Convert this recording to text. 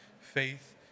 faith